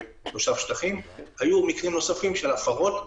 תושב שטחים היו מקרים נוספים של הפרות.